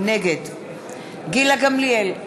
נגד גילה גמליאל,